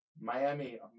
Miami